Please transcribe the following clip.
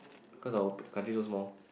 cause our country so small